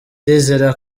ndizera